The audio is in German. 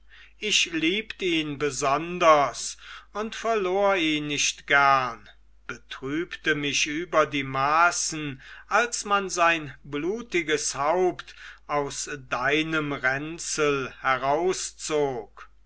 ich liebt ihn besonders und verlor ihn nicht gern betrübte mich über die maßen als man sein blutiges haupt aus deinem ränzel herauszog